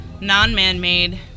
non-man-made